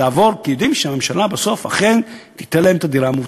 כי הם יודעים שהממשלה בסוף אכן תיתן להם את הדירה המובטחת.